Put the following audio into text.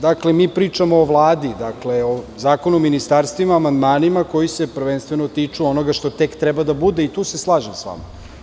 Dakle, mi pričamo o Vladi, o Zakonu o ministarstvima, o amandmanima koji se prvenstveno tiču onoga što tek treba da bude i tu se slažem s vama.